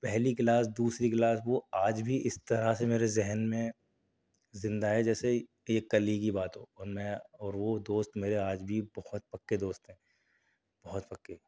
پہلی کلاس دوسری کلاس وہ آج بھی اس طرح سے میرے ذہن میں زندہ ہے جیسے یہ کل ہی کی بات ہو اور میں اور وہ دوست میرے آج بھی بہت پکے دوست ہیں بہت پکے